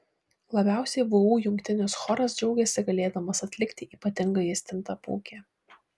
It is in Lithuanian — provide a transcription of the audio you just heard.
labiausiai vu jungtinis choras džiaugiasi galėdamas atlikti ypatingąjį stintapūkį